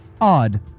Odd